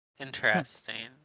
Interesting